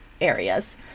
areas